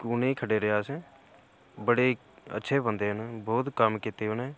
उ'नेंगी खडरेआ असें बड़े अच्छे बंदे न बोह्त कम्म कीते उ'नें